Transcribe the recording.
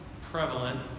prevalent